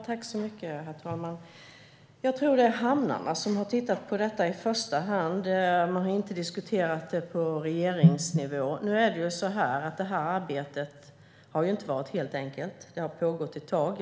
Herr talman! Jag tror att det är hamnarna som har tittat på detta i första hand. Man har inte diskuterat det på regeringsnivå. Nu är det väl så att det här arbetet inte har varit helt enkelt. Det har pågått ett tag.